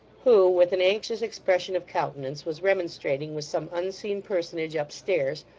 who with an anxious expression of countenance, was remonstrating with some unseen personage upstairs,